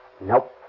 Nope